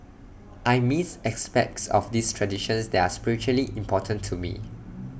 I missed aspects of these traditions that are spiritually important to me